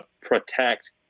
protect